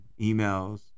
emails